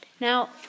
Now